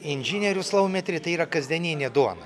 inžinierius laumetry tai yra kasdieninė duona